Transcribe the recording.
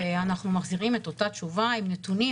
ואנחנו מחזירים את אותה תשובה עם נתונים,